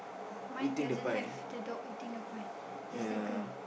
mine doesn't have the dog eating the pie just the girl